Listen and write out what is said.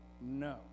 No